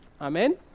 Amen